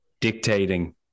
dictating